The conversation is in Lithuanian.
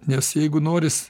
nes jeigu noris